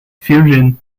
fusion